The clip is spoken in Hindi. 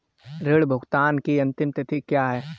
ऋण भुगतान की अंतिम तिथि क्या है?